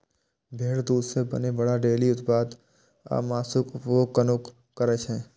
भेड़क दूध सं बनै बला डेयरी उत्पाद आ मासुक उपभोग मनुक्ख करै छै